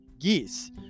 geese